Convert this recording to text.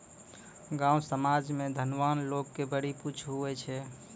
गाँव समाज मे धनवान लोग के बड़ी पुछ हुवै छै